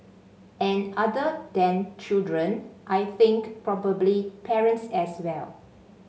and other than children I think probably parents as well